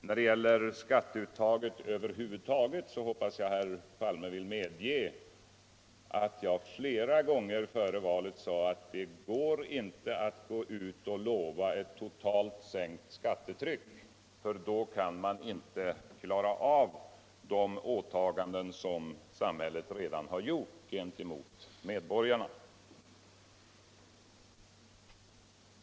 När det gäller skatteuttaget över huvud taget hoppas jag att herr Palme vill medge utt jag Aera gånger före valet sade att det inte går att flova ett totalt sänkt skattetryck, för då kan man inte klara av de åtaganden som samhället redan gjort gentemot medborgarna.